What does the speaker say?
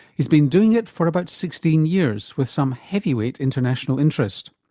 he's been doing it for about sixteen years with some heavyweight international interest.